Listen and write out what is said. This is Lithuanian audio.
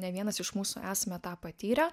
ne vienas iš mūsų esame tą patyrę